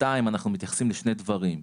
(ב)(2) אנחנו מתייחסים לשני דברים: